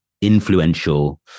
influential